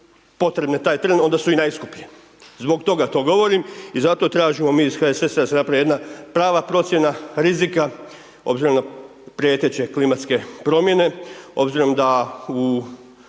potrebne taj tren onda su i najskuplje. Zbog toga to i govorim i zato tražimo mi iz HSS-a da se napravi jedna prava procjena rizika obzirom na prijeteće klimatske promjene obzirom da u